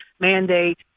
mandate